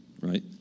right